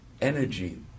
energy